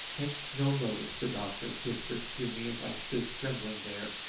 take no notice, the doctor whispered to me, as i stood trembling there,